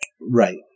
right